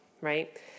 right